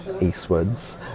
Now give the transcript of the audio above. eastwards